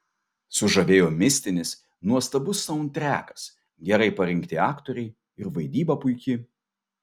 sužavėjo mistinis nuostabus saundtrekas gerai parinkti aktoriai ir vaidyba puiki